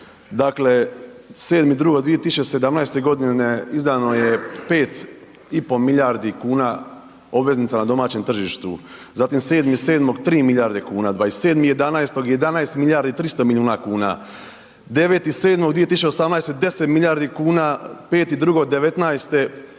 Dakle, 7.2.2017. godine izdano je 5,5 milijardi kuna obveznica na domaćem tržištu, zatim 7.7. 3 milijarde kuna, 27.11. 11 milijardi i 300 milijuna kuna, 9.7.2018. 10 milijardi kuna, 5.2.'19.-te